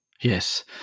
Yes